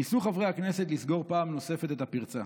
ניסו חברי הכנסת לסגור פעם נוספת את הפרצה.